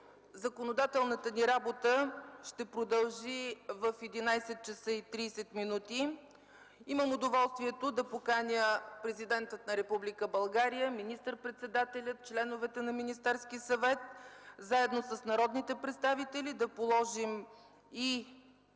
Законодателната ни работа ще продължи в 11,30 ч. Имам удоволствието да поканя президента на Република България, министър-председателя, членовете на Министерския съвет заедно с народните представители да направим обща